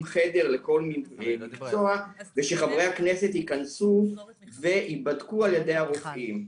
חדר לכל מקצוע ושחברי הכנסת ייכנסו ויבדקו על ידי הרופאים.